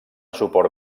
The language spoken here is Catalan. suport